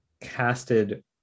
casted